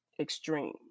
extreme